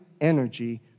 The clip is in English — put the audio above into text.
energy